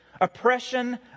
oppression